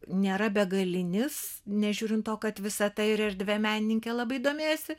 nėra begalinis nežiūrint to kad visata ir erdve menininkė labai domėjosi